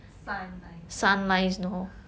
三 lines ah